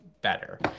better